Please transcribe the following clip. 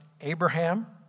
Abraham